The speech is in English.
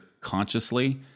consciously